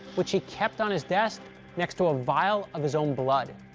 which he kept on his desk next to a vial of his own blood,